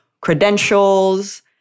credentials